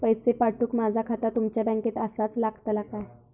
पैसे पाठुक माझा खाता तुमच्या बँकेत आसाचा लागताला काय?